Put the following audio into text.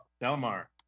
Delmar